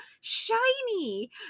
shiny